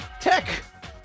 tech